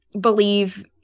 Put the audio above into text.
believe